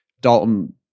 Dalton